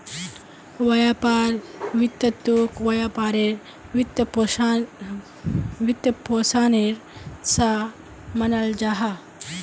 व्यापार वित्तोक व्यापारेर वित्त्पोशानेर सा मानाल जाहा